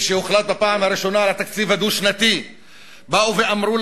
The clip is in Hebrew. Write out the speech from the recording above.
כשהוחלט בפעם הראשונה על התקציב הדו-שנתי באו ואמרו